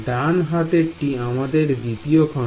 ডান হাতেরটি আমাদের দ্বিতীয় খন্ড